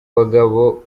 bagabo